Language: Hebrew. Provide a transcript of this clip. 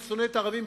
הוא שונא את הערבים,